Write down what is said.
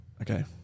okay